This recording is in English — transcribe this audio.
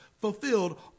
fulfilled